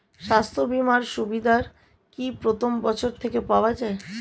স্বাস্থ্য বীমার সুবিধা কি প্রথম বছর থেকে পাওয়া যায়?